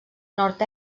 nord